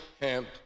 hemp